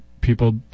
people